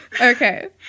Okay